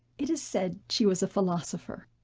it is said she was a philosopher.